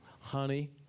honey